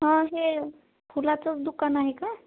हां हे फुलाचंच दुकान आहे का